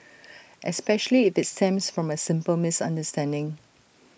especially if IT stems from A simple misunderstanding